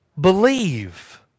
believe